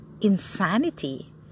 insanity